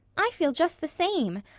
i feel just the same.